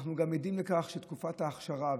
אנחנו גם עדים לכך שתקופת ההכשרה,